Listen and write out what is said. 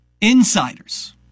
Insiders